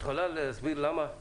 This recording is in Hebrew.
את יכול להסביר למה?